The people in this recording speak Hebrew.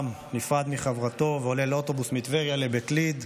נפרד מחברתו ועולה לאוטובוס מטבריה לבית ליד,